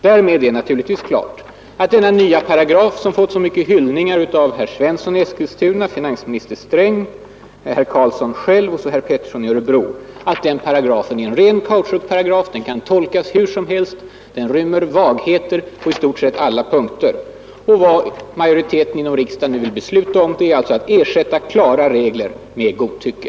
Därmed är naturligtvis klart att denna nya paragraf, som fått så mycket hyllningar av herr Svensson i Eskilstuna, av finansminister Sträng, av herr Karlsson själv och av herr Pettersson i Örebro, är en ren kautschukparagraf. Den kan tolkas hur som helst, den rymmer vagheter på i stort sett alla punkter. Vad majoriteten i riksdagen nu vill besluta om är alltså att ersätta klara regler med godtycke.